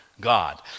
God